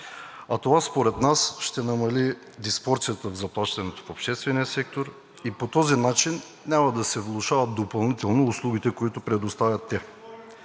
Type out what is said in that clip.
а това според нас ще намали диспропорцията в заплащането в обществения сектор и по този начин няма да се влошават допълнително услугите, които предоставят те.